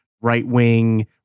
Right-wing